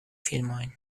filmojn